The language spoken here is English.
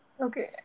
okay